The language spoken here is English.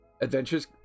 adventures